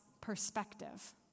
perspective